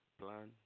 plan